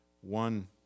one